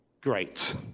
Great